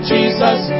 Jesus